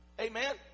Amen